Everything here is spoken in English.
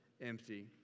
empty